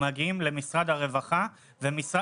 מנהלת הלובי למלחמה באלימות מינית,